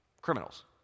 criminals